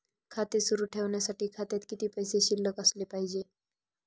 खाते सुरु ठेवण्यासाठी खात्यात किती पैसे शिल्लक असले पाहिजे?